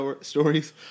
stories